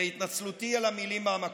והתנצלותי על המילים מהמקור.